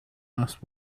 asked